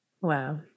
Wow